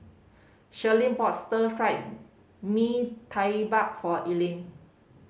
Sharlene bought Stir Fried Mee Tai Mak for Elaine